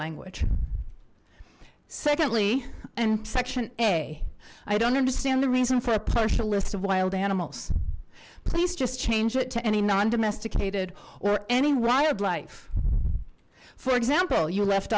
language secondly section a i don't understand the reason for a partial list of wild animals please just change it to any non domesticated or any wildlife for example you left